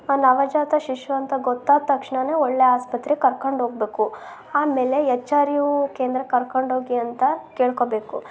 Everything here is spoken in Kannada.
ನವಜಾತ ಶಿಶು ಅಂತ ಗೊತ್ತಾದ ತಕ್ಷಣನೇ ಒಳ್ಳೆಯ ಆಸ್ಪತ್ರೆಗೆ ಕರ್ಕಂಡು ಹೋಗಬೇಕು ಆಮೇಲೆ ಎಚ್ ಆರ್ ಯು ಕೇಂದ್ರಕ್ಕೆ ಕರ್ಕೊಂಡೋಗಿ ಅಂತ ಕೇಳ್ಕೋಬೇಕು